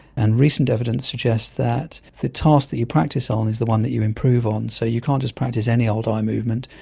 and recent evidence suggests that the task that you practice on is the one that you improve on. so you can't just practice any old eye movement,